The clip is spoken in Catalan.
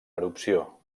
erupció